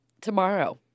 tomorrow